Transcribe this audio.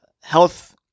health